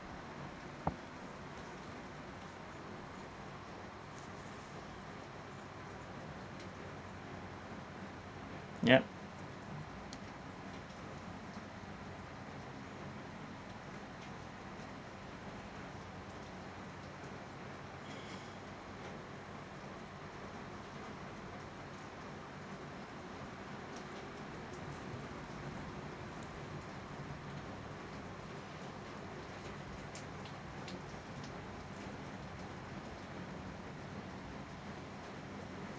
yup